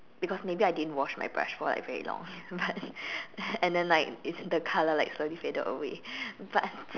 because maybe I didn't wash my brush for like very long but and then like it's the colour slowly faded away but